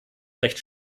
recht